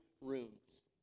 rooms